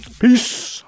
Peace